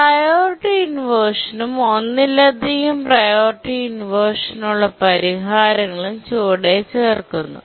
priority ഇൻവെർഷൻനും ഒന്നിലധികം priority inversion ഉള്ള പരിഹാരങ്ങൾ ചുവടെ ചേർക്കുന്നു